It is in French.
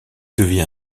devient